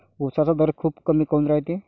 उसाचा दर खूप कमी काऊन रायते?